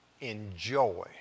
enjoy